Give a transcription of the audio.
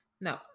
no